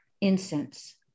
incense